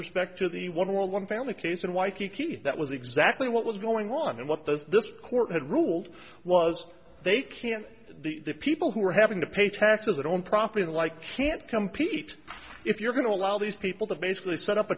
respect to the one world one family case in waikiki that was exactly what was going on and what those this court had ruled was they can't the people who are having to pay taxes that own property like can't compete if you're going to allow these people to basically set up